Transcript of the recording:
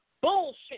bullshit